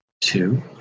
two